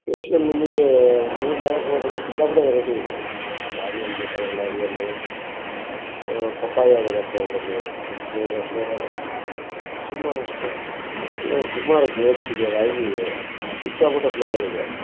facial ನಿಮಗೆ ಮೂರು ನಾಲ್ಕು ವೈರೈಟಿ ಸಿಕ್ಕಾಪಟ್ಟೆ ವೈರೈಟಿ ಇದೆ ಲಾರಿಯಲ್ ಬೇಕಾದರೆ ಲಾರಿಯಲ್ ಪಪ್ಪಾಯ ಬರತ್ತೆ ಅದರಲ್ಲಿ ಫ್ಲೇವರ್ ಫ್ಲೇವರ್ ಸುಮಾರಷ್ಟು ಸುಮಾರು ಗ್ರೇಪ್ಸ್ ಇದೆ ವೈನ್ ಇದೆ ಸಿಕ್ಕಾಪಟ್ಟೆ ಫ್ಲೇವರ್ ಇದೆ